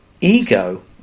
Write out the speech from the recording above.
ego